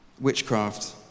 Witchcraft